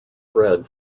bread